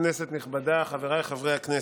כנסת נכבדה, חבריי חברי הכנסת,